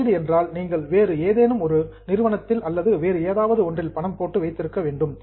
முதலீடு என்றால் நீங்கள் வேறு ஏதேனும் ஒரு நிறுவனத்தில் அல்லது வேறு ஏதாவது ஒன்றில் பணம் போட்டு வைத்திருக்க வேண்டும்